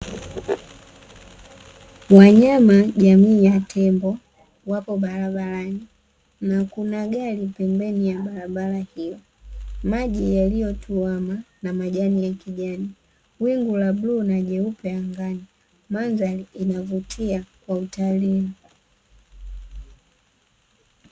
Wanyama jamii ya tembo wapo barabarani, na kuna gari pembeni ya barabara hiyo, maji yaliyo tuama na majani ya kijani, wingu la bluu na jeupe angani. Mandhari inavutia kwa utalii.